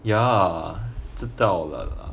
ya 知道了